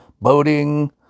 boating